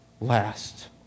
last